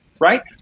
right